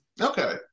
Okay